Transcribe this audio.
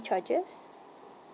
charges